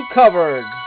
covered